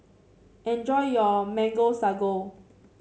enjoy your Mango Sago